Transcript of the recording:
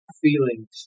feelings